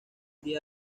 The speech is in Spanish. día